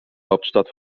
hauptstadt